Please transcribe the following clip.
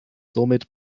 somit